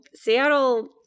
seattle